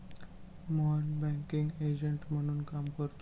Mohan banking agent म्हणून काम करतो